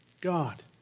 God